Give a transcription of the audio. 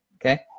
okay